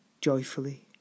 Joyfully